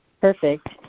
perfect